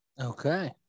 Okay